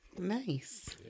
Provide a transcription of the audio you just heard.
Nice